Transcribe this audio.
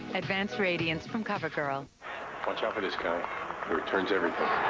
advanced radiance from covergirl. watch out for this guy. he returns everything.